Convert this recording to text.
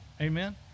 Amen